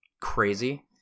crazy